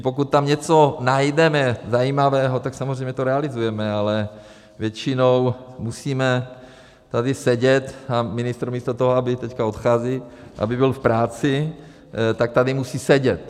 Pokud tam něco najdeme zajímavého, tak samozřejmě to realizujeme, ale většinou musíme tady sedět a ministr místo toho, aby teď odchází, aby byl v práci, tak tady musí sedět.